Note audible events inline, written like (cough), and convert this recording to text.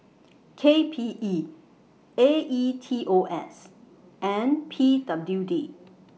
(noise) K P E A E T O S and P W D